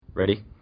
Ready